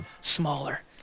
smaller